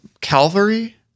Calvary